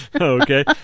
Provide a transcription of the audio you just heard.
Okay